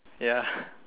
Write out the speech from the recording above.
ya